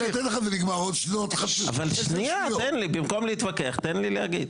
לי, במקום להתווכח תן לי להגיד.